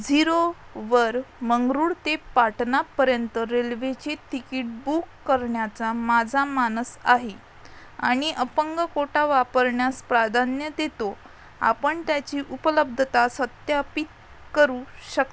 zero वर बंगळुरू ते पाटनापर्यंत रेल्वेचे तिकीट बुक करण्याचा माझा मानस आहे आणि अपंग कोटा वापरण्यास प्राधान्य तेतो आपण त्याची उपलब्दता सत्यापित करू शकता